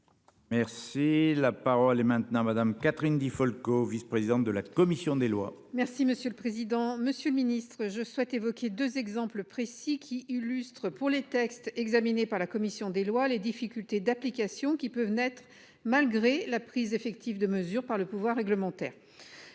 Merci la parole est maintenant Madame, Catherine Di Folco vice-, présidente de la commission des lois. Merci monsieur le président, Monsieur le Ministre, je souhaite évoquer 2 exemples précis qui illustrent pour les textes examinés par la commission des lois, les difficultés d'application qui peuvent naître. Malgré la prise effective de mesures par le pouvoir réglementaire.